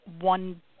one